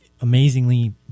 amazingly